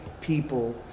people